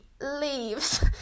leaves